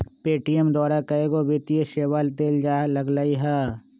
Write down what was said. Paytm द्वारा कएगो वित्तीय सेवा देल जाय लगलई ह